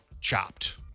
chopped